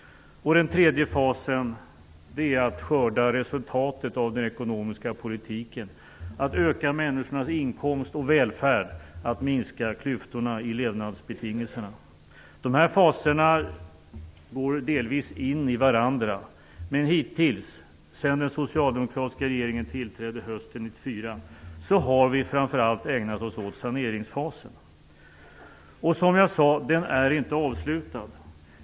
Den tredje fasen är att skörda resultatet av den ekonomiska politiken: att öka människornas inkomst och välfärd och att minska klyftorna i levnadsbetingelserna. Dessa faser går delvis in i varandra. Hittills, sedan den socialdemokratiska regeringen tillträdde hösten 1994, har vi framför allt ägnat oss åt saneringsfasen. Och som jag sade är den inte avslutad.